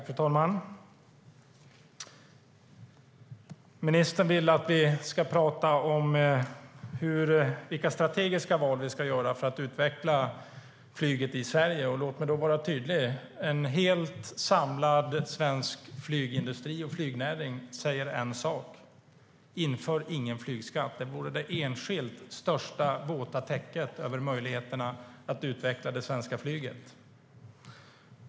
Fru talman! Ministern vill att vi ska prata om vilka strategiska val vi ska göra för att utveckla flyget i Sverige. Låt mig då vara tydlig. En helt samlad svensk flygindustri och flygnäring säger en sak: Inför ingen flygskatt! Det vore det enskilt största våta täcket över möjligheterna att utveckla det svenska flyget.